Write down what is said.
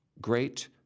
great